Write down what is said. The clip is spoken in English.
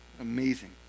Amazing